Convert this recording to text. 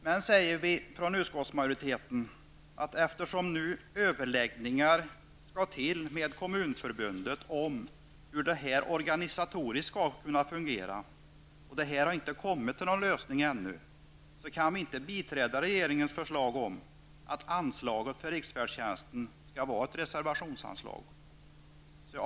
Men, säger vi i utskottsmajoriteten, eftersom överläggningar med Kommunförbundet nu skall starta om hur detta skall fungera organisatoriskt och någon lösning ännu inte har kommit till stånd kan vi inte biträda regeringens förslag om att anslaget för riksfärdtjänsten skall vara ett reservationsanslag.